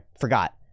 forgot